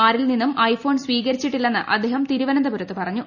ആരിൽ നിന്നും iPhone സ്വീകരിച്ചിട്ടില്ലെന്ന് അദ്ദേഹം തിരുവനന്തപുരത്ത് പിറഞ്ഞു